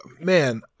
man